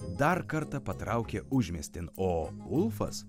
dar kartą patraukė užmiestin o ulfas